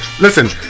Listen